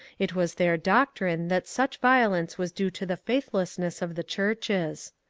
it was their doctrine that such violence was due to the faithlessness of the churches.